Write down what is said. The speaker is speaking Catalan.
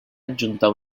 adjuntar